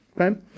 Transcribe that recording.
Okay